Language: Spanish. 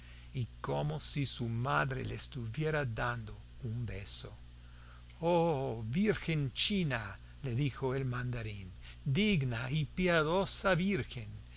y como si su madre le estuviera dando un beso oh virgen china le dijo el mandarín digna y piadosa virgen